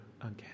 again